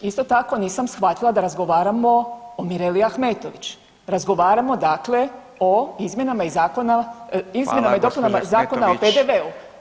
Isto tako nisam shvatila da razgovaramo o Mireli Ahmetović, razgovaramo dakle o izmjenama i dopunama Zakona o PDV-u